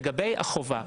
לגבי החובה.